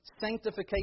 sanctification